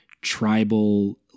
tribal